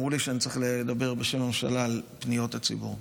אמרו לי שאני צריך לדבר בשם הממשלה על פניות הציבור.